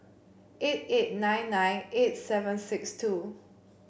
eight eight nine nine eight seven six two